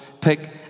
pick